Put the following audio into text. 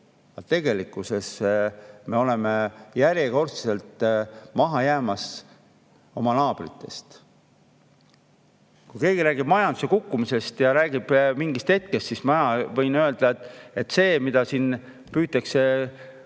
aga tegelikkuses me oleme järjekordselt maha jäämas oma naabritest. Ja kui keegi räägib majanduse kukkumisest ja mingist hetkest, siis ma võin öelda, et see, mida siin püütakse